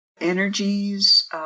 energies